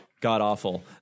god-awful